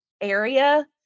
area